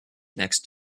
next